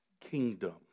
kingdom